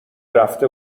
رفته